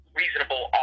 reasonable